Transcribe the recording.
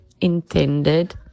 intended